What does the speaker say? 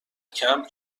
کمپ